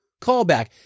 callback